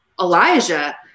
Elijah